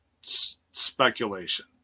speculation